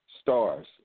stars